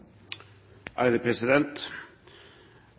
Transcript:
ærede